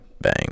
Bang